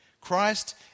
Christ